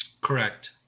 Correct